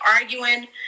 arguing